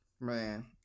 man